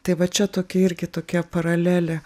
tai va čia tokia irgi tokia paralelė